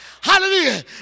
Hallelujah